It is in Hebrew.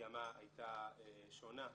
המגמה הייתה שונה.